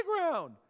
playground